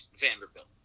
Vanderbilt